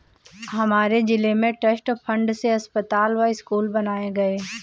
हमारे जिले में ट्रस्ट फंड से अस्पताल व स्कूल बनाए गए